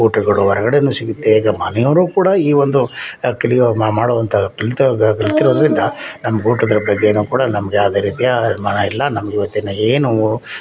ಊಟಗಳು ಹೊರಗಡೆನು ಸಿಗುತ್ತೆ ಈಗ ಮನೆಯವರು ಕೂಡ ಈ ಒಂದು ಕಲಿಯೋ ಮಾಡುವಂಥ ಕಲಿತವ್ರ್ಗೆ ಕಲಿತಿರೋದರಿಂದ ನಮ್ಗೆ ಊಟದ್ರ ಬಗ್ಗೆಯೂ ಕೂಡ ನಮ್ಗೆ ಯಾವುದೇ ರೀತಿಯ ಅನುಮಾನ ಇಲ್ಲ ನಮ್ಗೆ ಈವತ್ತಿನ ಏನು